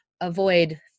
avoid